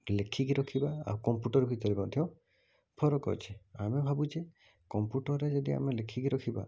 ଲେଖିକି ରଖିବା ଆଉ କମ୍ପୁଟର ଭିତରେ ମଧ୍ୟ ଫରକ ଅଛି ଆମେ ଭାବୁଛେ କମ୍ପୁଟରରେ ଯଦି ଆମେ ଲେଖିକି ରଖିବା